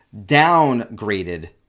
downgraded